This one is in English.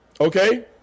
okay